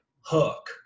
Hook